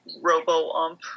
robo-ump